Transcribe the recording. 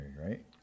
right